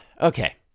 okay